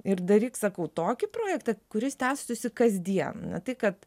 ir daryk sakau tokį projektą kuris tęstųsi kasdien tai kad